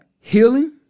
healing